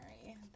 sorry